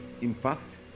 impact